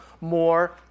more